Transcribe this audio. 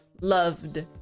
loved